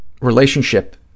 relationship